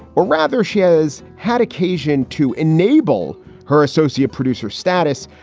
or rather she has had occasion to enable her associate producer status,